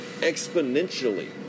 Exponentially